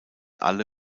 alle